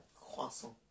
croissant